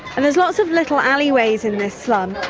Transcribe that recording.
and there's lots of little alleyways in this slum,